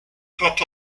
cut